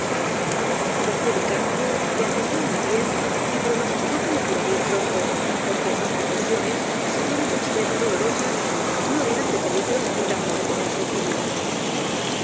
don policarpo le atendió muy bien y pronosti có que le curaría pronto porque sus contusiones si bien en extremo dolorosas no eran de peligro ni daban que temer por su vida